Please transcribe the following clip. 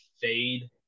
fade